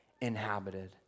inhabited